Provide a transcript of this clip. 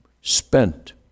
spent